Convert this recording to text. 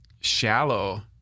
shallow